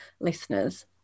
listeners